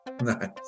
Nice